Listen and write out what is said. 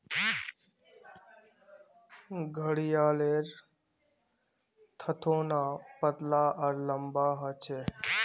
घड़ियालेर थथोना पतला आर लंबा ह छे